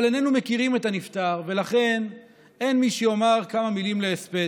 אבל איננו מכירים את הנפטר ולכן אין מי שיאמר כמה מילים להספד.